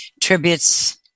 tributes